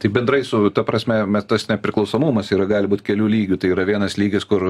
tai bendrai su ta prasme mes tas nepriklausomumas yra gali būt kelių lygių tai yra vienas lygis kur